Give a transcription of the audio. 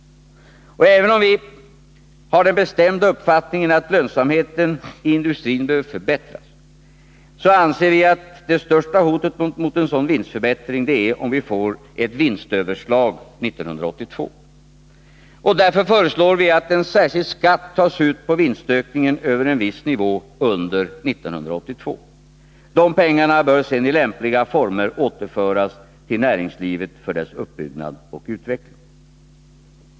Och även om vi har den bestämda uppfattningen att lönsamheten i industrin behöver förbättras, så anser vi att det största hotet mot en sådan vinstförbättring är om vi får ett vinstöverslag 1982. Därför föreslår vi att en särskild skatt tas ut på vinstökningen över en viss nivå under 1982. Dessa pengar bör sedan i lämpliga former återföras till näringslivet för dess uppbyggnad och utveckling.